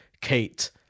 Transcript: Kate